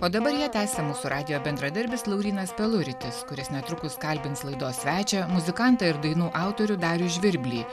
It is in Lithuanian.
o dabar ją tęsia mūsų radijo bendradarbis laurynas peluritis kuris netrukus kalbins laidos svečią muzikantą ir dainų autorių darių žvirblį